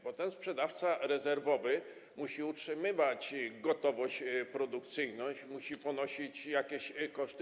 Bo ten sprzedawca rezerwowy musi utrzymywać gotowość produkcyjną, musi ponosić jakieś koszty.